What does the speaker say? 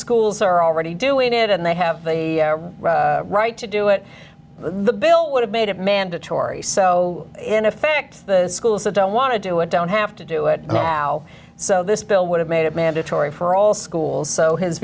schools are already doing it and they have a right to do it the bill would have made it mandatory so in effect the schools that don't want to do it don't have to do it now so this bill would have made it mandatory for all schools so his